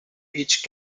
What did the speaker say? each